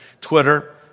Twitter